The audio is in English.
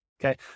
Okay